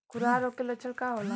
खुरहा रोग के लक्षण का होला?